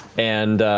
and